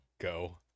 go